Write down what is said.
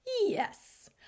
yes